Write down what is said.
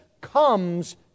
comes